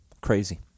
Crazy